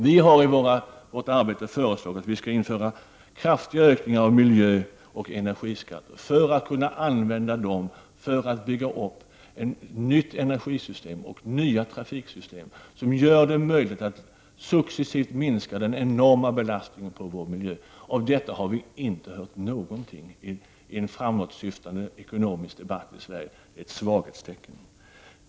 Vi har i vårt arbete föreslagit att vi skall införa kraftiga ökningar av miljöoch energiskatter i syfte att kunna använda dessa för att bygga upp ett nytt energisystem och nya trafiksystem, som gör det möjligt att successivt minska den enorma belastningen på vår miljö. Av detta har vi inte hört någonting i en framåtsyftande ekonomisk debatt. Det är ett svaghetstecken!